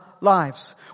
lives